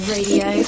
Radio